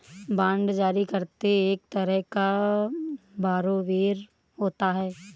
bond जारी करता एक तरह का बारोवेर होता है